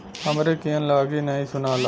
हमरे कियन रागी नही सुनाला